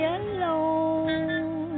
alone